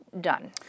done